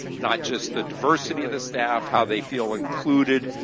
not just the diversity of the staff, how they feel included.